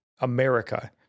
America